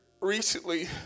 recently